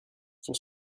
son